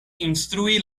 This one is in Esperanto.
instrui